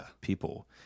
people